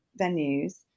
venues